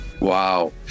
wow